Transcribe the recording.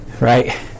right